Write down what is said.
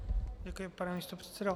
Děkuji, pane místopředsedo.